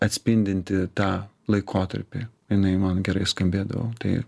atspindinti tą laikotarpį jinai man gerai skambėdavo tai